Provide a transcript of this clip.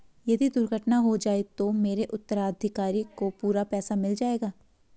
यदि दुर्घटना हो जाये तो मेरे उत्तराधिकारी को पूरा पैसा मिल जाएगा?